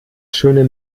schöne